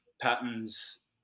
patterns